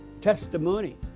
testimony